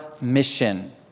mission